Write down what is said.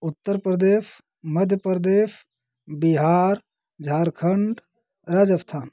Uttar Pradesh Madhya Pradesh Bihar Jharkhand Rajasthan